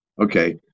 Okay